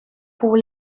pour